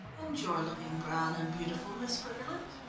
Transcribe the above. and you're looking brown and beautiful, miss briggerland.